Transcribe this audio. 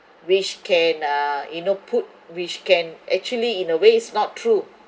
which can uh you know put which can actually in a way it's not true